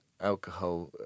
alcohol